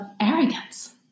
arrogance